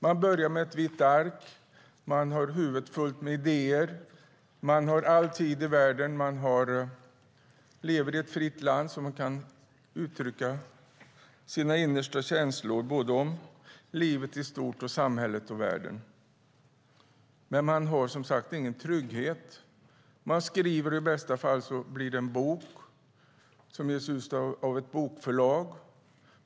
Man börjar med ett vitt ark, har huvudet fullt med idéer, har all tid i världen, lever i ett fritt land där man kan uttrycka sina innersta känslor om livet i stort, samhället och världen, men man har ingen trygghet. Man skriver, och i bästa fall blir det en bok som ges ut av ett bokförlag.